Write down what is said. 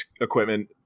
equipment